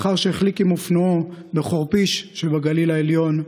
לאחר שהחליק עם אופנועו בחורפיש שבגליל העליון,